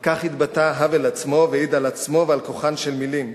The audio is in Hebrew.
על כך התבטא האוול עצמו והעיד על עצמו ועל כוחן של מלים: